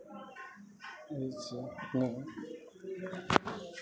इएह छियै ने